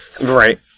Right